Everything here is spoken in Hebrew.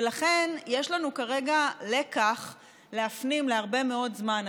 ולכן, יש לנו כרגע לקח להפנים להרבה מאוד זמן.